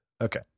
Okay